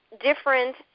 different